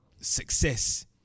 success